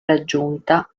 raggiunta